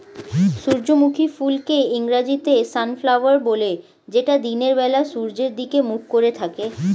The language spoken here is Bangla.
সূর্যমুখী ফুলকে ইংরেজিতে সানফ্লাওয়ার বলে যেটা দিনের বেলা সূর্যের দিকে মুখ করে থাকে